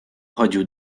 chodził